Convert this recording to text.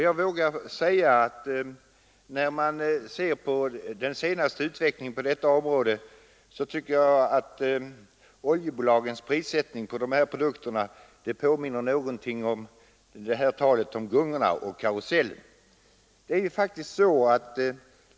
Jag vågar säga att oljebolagens prissättning på dessa produkter, av den senaste prisutvecklingen att döma, påminner om talet om gungorna och karusellen.